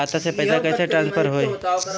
खाता से पैसा कईसे ट्रासर्फर होई?